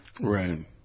Right